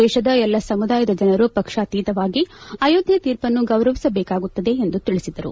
ದೇಶದ ಎಲ್ಲ ಸಮುದಾಯದ ಜನರು ಪಕ್ಷಾತೀತವಾಗಿ ಅಯೋಧ್ಯೆ ತೀರ್ಪನ್ನು ಗೌರವಿಸಬೇಕಾಗುತ್ತದೆ ಎಂದು ತಿಳಿಸಿದರು